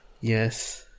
yes